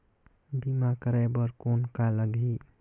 बीमा कराय बर कौन का लगही?